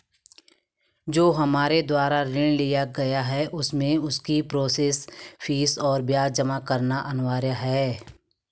जो हमारे द्वारा ऋण लिया गया है उसमें उसकी प्रोसेस फीस और ब्याज जमा करना अनिवार्य है?